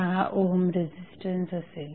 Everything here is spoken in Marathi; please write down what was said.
6 ओहम रेझिस्टन्स असेल